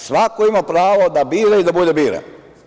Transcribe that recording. Svako ima pravo da bira i da bude biran.